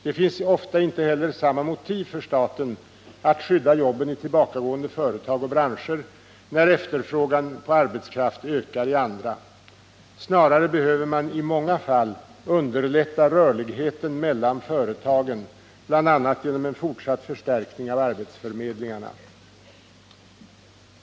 Det finns ofta inte heller samma motiv för staten att skydda jobben i tillbakagående företag och branscher, när efterfrågan på arbetskraft ökar i andra. Snarare behöver man i många fall underlätta rörligheten mellan företagen, bl.a. genom en fortsatt förstärkning av arbetsförmedlingarna.